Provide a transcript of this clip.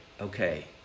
okay